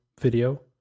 Video